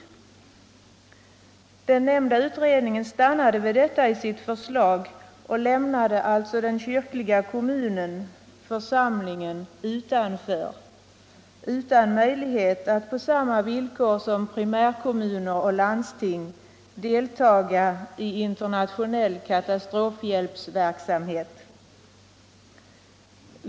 Den nämnda utredningen stannade vid detta i sitt förslag och lämnade alltså den kyrkliga kommunen, församlingen, utanför — utan möjlighet att på samma villkor som primärkommun och landsting deltaga i internationell katastrofhjälpverksamhet.